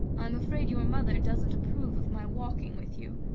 i'm afraid your mother doesn't approve of my walking with you.